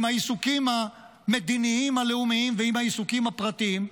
עם העיסוקים המדיניים הלאומיים ועם העיסוקים הפרטיים,